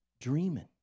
dreaming